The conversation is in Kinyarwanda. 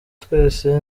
twese